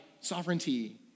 sovereignty